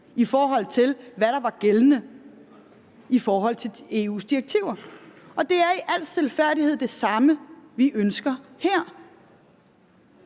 om, hvad der var gældende i forbindelse med EU-direktiverne. Det er i al stilfærdighed det samme, vi ønsker her.